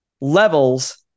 levels